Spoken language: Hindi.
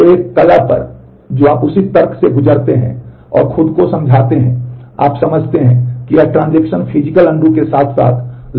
तो एक कला पर जो आप उसी तर्क से गुजरते हैं और खुद को समझाते हैं कि आप समझते हैं कि यह ट्रांज़ैक्शन कैसे हो रहा है